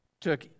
took